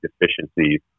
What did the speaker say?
deficiencies